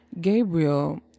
Gabriel